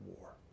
war